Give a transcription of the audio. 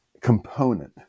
component